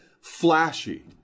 flashy